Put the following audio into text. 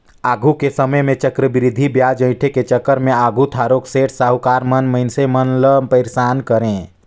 आघु के समे में चक्रबृद्धि बियाज अंइठे के चक्कर में आघु थारोक सेठ, साहुकार मन मइनसे मन ल पइरसान करें